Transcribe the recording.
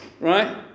right